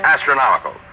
Astronomical